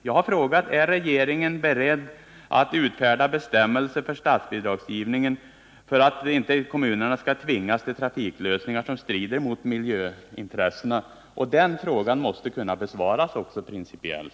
Jag har frågat: Är regeringen beredd att utfärda bestämmelser för statsbidragsgivningen som är sådana att kommunerna inte tvingas till trafiklösningar som strider mot miljöintressena? Den frågan måste också kunna besvaras principiellt.